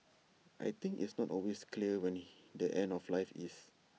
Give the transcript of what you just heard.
I think it's not always clear when he the end of life is